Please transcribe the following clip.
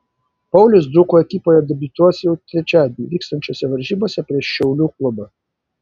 paulius dzūkų ekipoje debiutuos jau trečiadienį vyksiančiose varžybose prieš šiaulių klubą